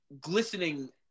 glistening